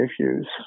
issues